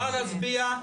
אפשר להצביע?